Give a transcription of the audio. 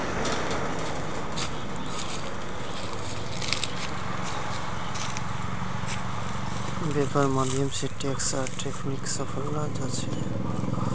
वैपार्र माध्यम से टैक्स आर ट्रैफिकक सम्भलाल जा छे